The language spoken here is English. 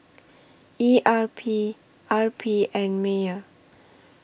E R P R P and Mewr